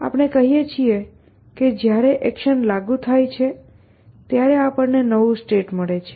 આપણે કહીએ છીએ કે જ્યારે એક્શન લાગુ થાય છે ત્યારે આપણને નવું સ્ટેટ મળે છે